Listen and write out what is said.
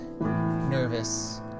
nervous